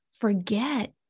forget